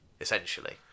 essentially